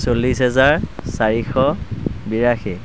চল্লিছ হেজাৰ চাৰিশ বিৰাশী